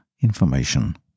information